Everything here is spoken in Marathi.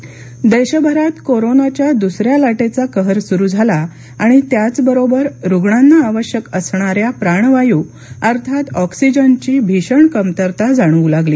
ऑक्सिजन मॉडेल देशभरात कोरोनाच्या दुसऱ्या लाटेचा कहर सुरु झाला आणि त्याचबरोबर रुग्णांना आवश्यक असणाऱ्या प्राणवायू अर्थात ऑक्सिजनची भीषण कमतरता जाणवू लागली